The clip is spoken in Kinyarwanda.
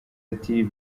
ati